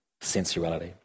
sensuality